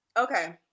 Okay